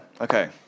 okay